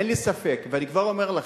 אין לי ספק, ואני כבר אומר לכם,